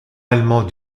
allemand